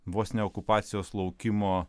vos ne okupacijos laukimo